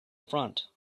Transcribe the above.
front